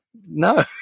no